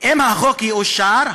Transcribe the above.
אם החוק יאושר,